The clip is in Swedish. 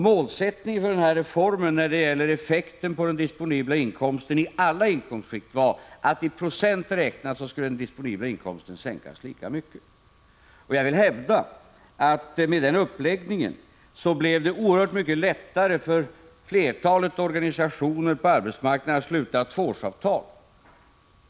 Målsättningen för denna reform, när det gäller effekten på den disponibla inkomsten i alla inkomstskikt, var att i procent räknat skulle den disponibla inkomsten sänkas lika mycket. 51 Jag vill hävda att det med denna uppläggning blev oerhört mycket lättare för flertalet organisationer på arbetsmarknaden att sluta tvåårsavtal.